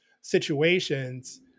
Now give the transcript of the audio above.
situations